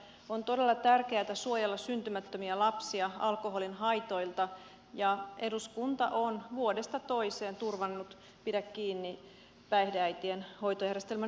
on todella tärkeätä suojella syntymättömiä lapsia alkoholin haitoilta ja eduskunta on vuodesta toiseen turvannut päihdeäitien pidä kiinni hoitojärjestelmän rahoituksen